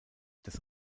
das